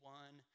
one